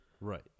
Right